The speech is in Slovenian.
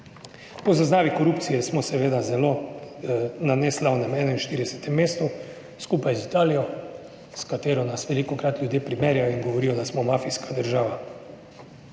Po zaznavi korupcije smo seveda zelo na neslavnem 41. mestu, skupaj z Italijo, s katero nas velikokrat ljudje primerjajo in govorijo, da smo mafijska država.